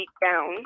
down